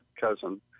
cousin